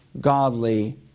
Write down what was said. godly